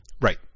Right